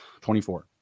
24